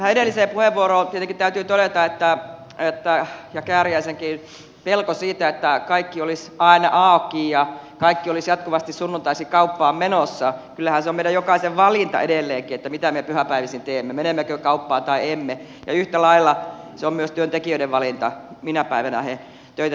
tähän edelliseen puheenvuoroon tietenkin täytyy todeta ja kääriäisenkin pelkoon siitä että kaikki olisi aena aaki ja kaikki olisivat jatkuvasti sunnuntaisin kauppaan menossa että kyllähän se on meidän jokaisen valinta edelleenkin että mitä me pyhäpäivisin teemme menemmekö kauppaan vai emme ja yhtä lailla se on myös työntekijöiden valinta minä päivänä he töitä tekevät